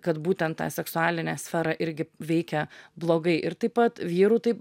kad būtent tą seksualinę sferą irgi veikia blogai ir taip pat vyrų tai